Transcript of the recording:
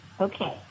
Okay